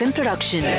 Production